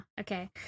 okay